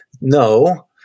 no